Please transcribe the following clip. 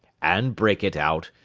and break it out,